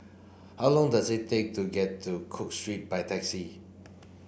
how long does it take to get to Cook Street by taxi